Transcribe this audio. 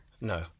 No